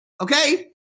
Okay